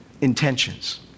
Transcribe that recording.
intentions